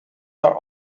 are